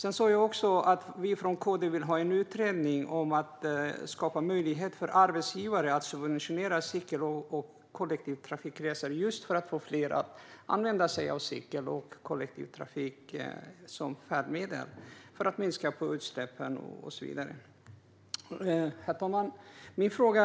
Jag sa också att vi från KD vill ha en utredning om att skapa möjlighet för arbetsgivare att subventionera cykel och kollektivtrafikresor just för att få fler att använda sig av cykel och kollektivtrafik som färdmedel för att minska utsläppen och så vidare. Herr talman!